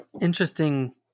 interesting